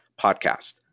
Podcast